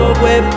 away